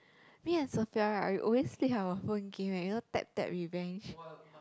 me and Sophia right we always play our phone game eh you know tap tap revenge